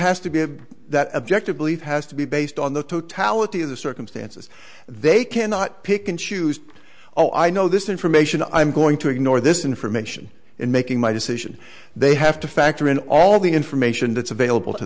has to be that objective believe has to be based on the totality of the circumstances they cannot pick and choose oh i know this information i'm going to ignore this information in making my decision they have to factor in all the information that's available to